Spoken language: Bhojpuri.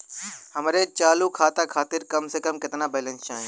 हमरे चालू खाता खातिर कम से कम केतना बैलैंस चाही?